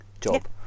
job